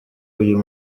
uyu